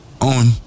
on